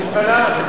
את מוכנה?